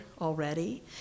already